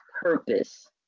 purpose